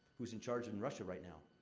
who's in charge in russia right now?